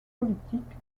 politique